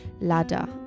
ladder